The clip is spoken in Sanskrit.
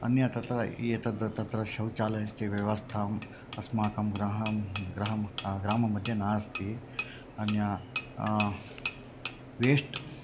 अन्य तत्र एतद् तत्र शौचालयस्य व्यवस्थाम् अस्माकं गृहं गृहं ग्राममध्ये नास्ति अन्यं वेष्ट्